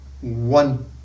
one